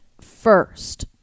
first